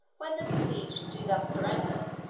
when the besieged do thus surrender,